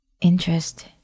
interest